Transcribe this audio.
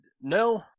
No